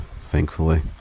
thankfully